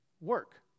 work